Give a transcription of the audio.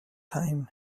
time